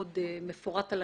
יותר